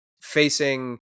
facing